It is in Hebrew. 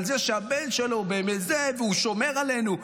על זה שהבן שלו בזה והוא שומר עלינו,